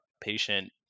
patient